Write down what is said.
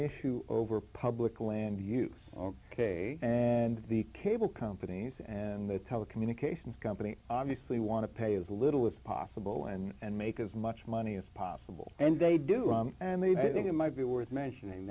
issue over public land use ok and the cable companies and the telecommunications company obviously want to pay as little as possible and make as much money as possible and they do and they think it might be worth mentioning